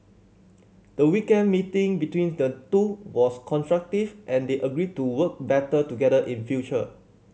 the weekend meeting between the two was constructive and they agreed to work better together in future